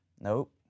Nope